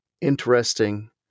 interesting